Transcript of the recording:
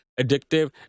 addictive